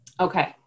Okay